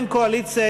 אין קואליציה,